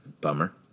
Bummer